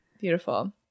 beautiful